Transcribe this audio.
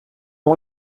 ont